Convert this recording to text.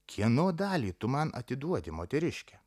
kieno dalį tu man atiduodi moteriške